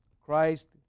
Christ